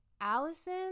Allison